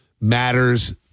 matters